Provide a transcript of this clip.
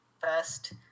first